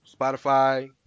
Spotify